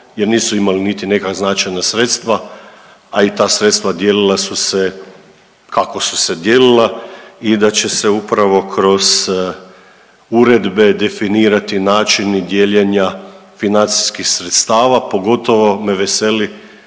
jer nisu imali ni neka značajna sredstva, a i ta sredstva dijelila su se kako su se dijelila i da će se upravo kroz uredbe definirati načini dijeljenja financijskih sredstava. Pogotovo me veseli